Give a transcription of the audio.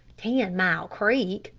ten-mile creek!